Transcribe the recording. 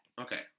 Okay